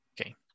Okay